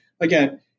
again